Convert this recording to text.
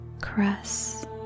caress